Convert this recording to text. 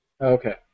Okay